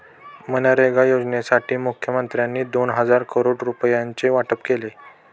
मनरेगा योजनेसाठी मुखमंत्र्यांनी दोन हजार करोड रुपयांचे वाटप केले